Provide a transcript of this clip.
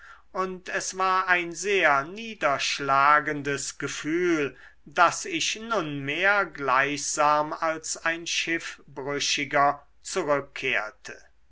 und es war ein sehr niederschlagendes gefühl daß ich nunmehr gleichsam als ein schiffbrüchiger zurückkehrte